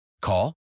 Call